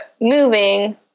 moving